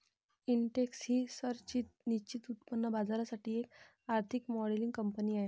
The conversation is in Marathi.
इंटेक्स ही संरचित निश्चित उत्पन्न बाजारासाठी एक आर्थिक मॉडेलिंग कंपनी आहे